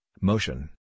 motion